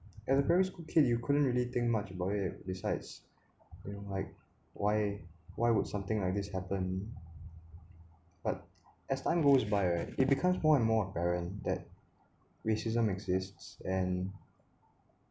as a primary school kid you couldn't really think much about it besides you like why why would something like this happen but as time goes by right it becomes more and more apparent that racism exists and